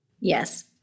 Yes